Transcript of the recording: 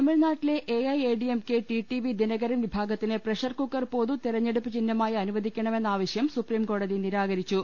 തമിഴ്നാട്ടിലെ A I A D M K TTV Dinakaran വിഭാഗത്തിന് pressure cooker പൊതു തെരഞ്ഞെടുപ്പ് ചിഹ്നമായി അനുവദിക്കണമെന്ന ആവശ്യം സുപ്രീംകോടതി നിരാകരിച്ചു